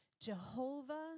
Jehovah